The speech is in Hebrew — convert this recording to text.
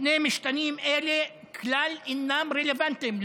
שני משתנים אלו כלל אינם רלוונטיים,